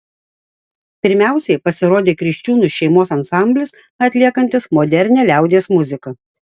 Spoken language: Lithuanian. pirmiausiai pasirodė kriščiūnų šeimos ansamblis atliekantis modernią liaudies muziką